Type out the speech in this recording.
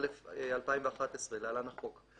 התשע"א-2011 (להלן - החוק),